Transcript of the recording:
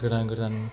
गोदान गोदान